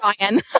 Ryan